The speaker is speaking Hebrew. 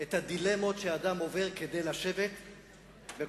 את הדילמות שאדם עובר כדי לשבת בקואליציה